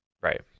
right